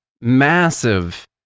massive